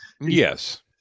Yes